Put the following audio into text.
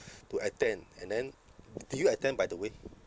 to attend and then did you attend by the way